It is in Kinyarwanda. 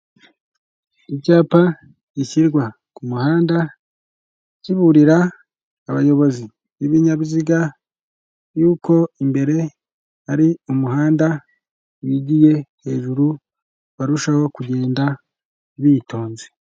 Icyapa gishyirwa ku muhanda, kiburira abayobozi b'ibinyabiziga, yuko imbere ari umuhanda wigiye hejuru barushaho kugenda bitonze.